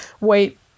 wait